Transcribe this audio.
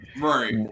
Right